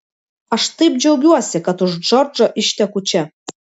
aš taip džiaugiuosi kad už džordžo išteku čia